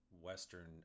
Western